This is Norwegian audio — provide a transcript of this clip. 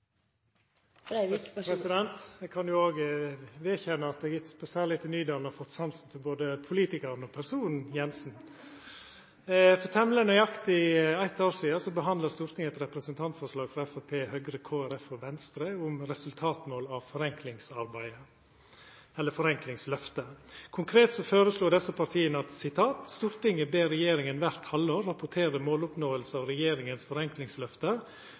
bedrifter. Eg kan òg vedkjenna at eg særleg etter Nydalen har fått sansen for både politikaren og personen Siv Jensen. For temmeleg nøyaktig eitt år sidan behandla Stortinget eit representantforslag frå Framstegspartiet, Høgre, Kristeleg Folkeparti og Venstre om resultatmål av forenklingsløftet. Konkret føreslo desse partia: «Stortinget ber regjeringen hvert halvår rapportere måloppnåelsen av regjeringens forenklingsløfte